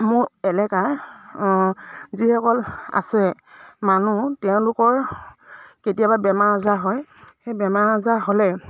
মোৰ এলেকাৰ যিসকল আছে মানুহ তেওঁলোকৰ কেতিয়াবা বেমাৰ আজাৰ হয় সেই বেমাৰ আজাৰ হ'লে